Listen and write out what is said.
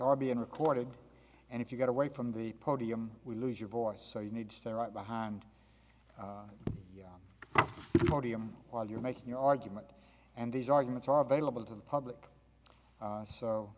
are being recorded and if you get away from the podium we lose your voice so you need to stay right behind you podium while you're making your argument and these arguments are available to the public